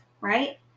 right